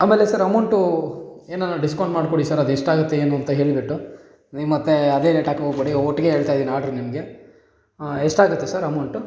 ಆಮೇಲೆ sir amount ಏನಾನ discount ಮಾಡಿಕೊಡಿ ಸರ್ ಅದು ಎಷ್ಟು ಆಗುತ್ತೆ ಏನು ಅಂತ ಹೇಳಿಬಿಟ್ಟು ನೀವು ಮತ್ತೆ ಅದೇ ರೇಟ್ ಹಾಕೋಕೆ ಹೋಗ್ಬೇಡಿ ಒಟ್ಟಿಗೆ ಹೇಳ್ತಾ ಇದಿನ್ನು ಆರ್ಡ್ರ್ ನಿಮಗೆ ಎಷ್ಟು ಆಗುತ್ತೆ ಸರ್ ಅಮೌಂಟು